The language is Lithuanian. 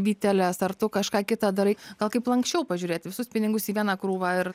vyteles ar tu kažką kita darai gal kaip lanksčiau pažiūrėt visus pinigus į vieną krūvą ir